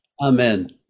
Amen